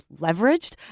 leveraged